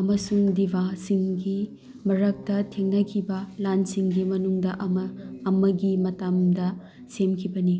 ꯑꯃꯁꯨꯡ ꯗꯤꯕꯥꯁꯤꯡꯒꯤ ꯃꯔꯛꯇ ꯊꯦꯡꯅꯈꯤꯕ ꯂꯥꯟꯁꯤꯡꯒꯤ ꯃꯅꯨꯡꯗ ꯑꯃ ꯑꯃꯒꯤ ꯃꯇꯝꯗ ꯁꯦꯝꯈꯤꯕꯅꯤ